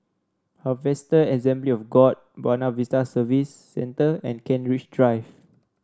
Harvester Assembly of God Buona Vista Service Centre and Kent Ridge Drive